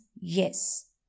yes